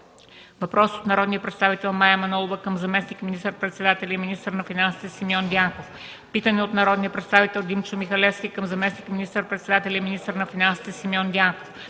въпрос от народния представител Мая Манолова към заместник министър-председателя и министър на финансите Симеон Дянков; - питане от народния представител Димчо Михалевски към заместник министър-председателя и министър на финансите Симеон Дянков;